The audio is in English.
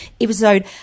episode